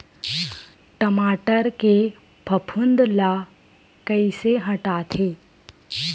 टमाटर के फफूंद ल कइसे हटाथे?